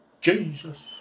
Jesus